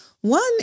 One